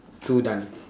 two done